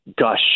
gush